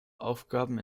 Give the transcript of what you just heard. aufgaben